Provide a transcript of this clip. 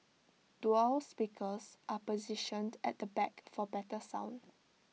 dual speakers are positioned at the back for better sound